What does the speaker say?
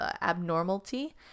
abnormality